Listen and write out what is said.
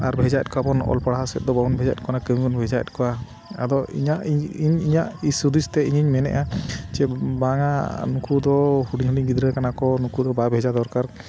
ᱟᱨ ᱵᱷᱮᱡᱟᱭᱮᱫ ᱠᱚᱣᱟ ᱵᱚᱱ ᱚᱞ ᱯᱟᱲᱦᱟᱣ ᱥᱮᱫ ᱫᱚ ᱵᱟᱵᱚᱱ ᱵᱷᱮᱡᱟᱮᱫ ᱠᱚ ᱠᱟᱱᱟ ᱠᱟᱹᱢᱤ ᱵᱚᱱ ᱵᱷᱮᱡᱟᱭᱮᱫ ᱠᱚᱣᱟ ᱟᱫᱚ ᱤᱧᱟᱹᱜ ᱤᱧ ᱤᱧ ᱤᱧᱟᱹᱜ ᱫᱤᱥ ᱦᱩᱫᱤᱥᱛᱮ ᱤᱧᱤᱧ ᱢᱮᱱᱮᱫᱼᱟ ᱡᱮ ᱵᱟᱝᱟ ᱱᱩᱠᱩ ᱫᱚ ᱦᱩᱰᱤᱧᱼᱦᱩᱰᱤᱧ ᱜᱤᱫᱽᱨᱟᱹ ᱠᱟᱱᱟ ᱠᱚ ᱱᱩᱠᱩ ᱫᱚ ᱵᱟᱭ ᱵᱷᱮᱡᱟ ᱫᱚᱨᱠᱟᱨ